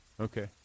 Okay